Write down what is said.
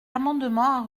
amendement